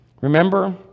Remember